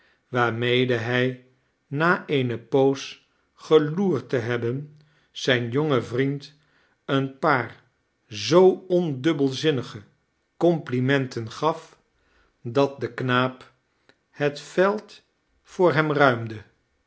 waarmede hij na eene poos geloerd te hebben zijn jongen vriend een paar zoo ondubbelzinnige complimenten gaf dat de knaap het veld voor hem ruimde